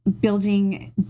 building